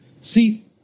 See